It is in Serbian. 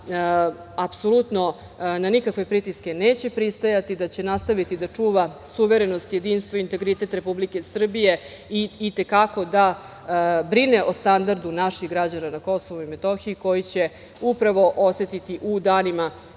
na nikakve pritiske neće pristajati, da će nastaviti da čuva suverenost, jedinstvo i integritet Republike Srbije i i te kako da brine o standardu naših građana na Kosovu i Metohiji koji će upravo osetiti u danima